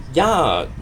ya